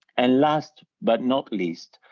and last but not least,